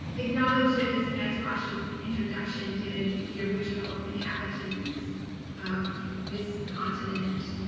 acknowledges, as rasha's introduction did, the original inhabitants of this continent,